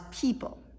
people